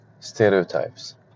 stereotypes